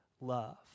love